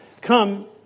come